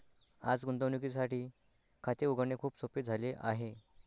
आज गुंतवणुकीसाठी खाते उघडणे खूप सोपे झाले आहे